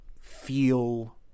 feel